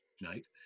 night